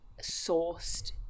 sourced